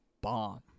bomb